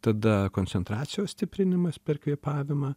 tada koncentracijos stiprinimas per kvėpavimą